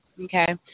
Okay